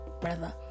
brother